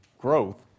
growth